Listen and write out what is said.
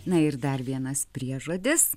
na ir dar vienas priežodis